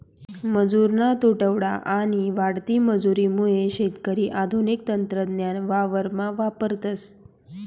मजुरना तुटवडा आणि वाढती मजुरी मुये शेतकरी आधुनिक तंत्रज्ञान वावरमा वापरतस